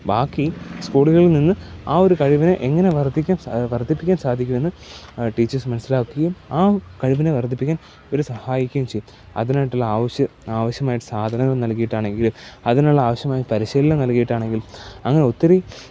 ബാക്കി സ്കൂളുകളിൽ നിന്ന് ആ ഒരു കഴിവിനെ എങ്ങനെ വർദ്ധിക്കാൻ വർദ്ധിപ്പിക്കാൻ സാധിക്കുമെന്ന് ടീച്ചേഴ്സ് മനസിലാക്കുകയും ആ കഴിവിനെ വർദ്ധിപ്പിക്കാൻ അവർ സഹായിക്കുകയും ചെയ്യും അതിനായിട്ടുള്ള ആവശ്യമായ സാധനങ്ങൾ നല്കിയിട്ട് ആണെങ്കിലും അതിനുള്ള ആവശ്യമായ പരിശീലനം നല്കിയിട്ടാണെങ്കിൽ അങ്ങനെ ഒത്തിരി